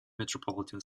metropolitan